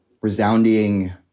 resounding